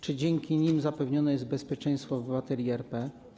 Czy dzięki nim zapewnione jest bezpieczeństwo obywateli RP?